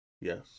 Yes